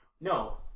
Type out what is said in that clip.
No